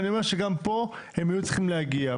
אני אומר שגם פה הם היו צריכים להגיע.